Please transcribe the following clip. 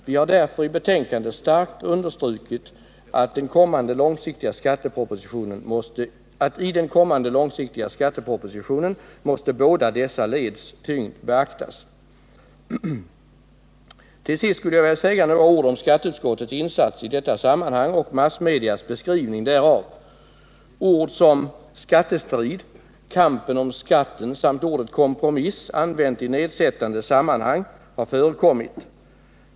Vi har därför i betänkandet starkt understrukit att båda dessa leds tyngd måste beaktas i den kommande långsiktiga skattepropositionen. Till sist skulle jag vilja säga några ord om skatteutskottets insats i detta sammanhang och massmedias beskrivning därav. Ord som ”skattestrid”, ”kampen om skatten” samt ordet ”kompromiss” använt i nedsättande betydelse har förekommit.